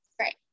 Right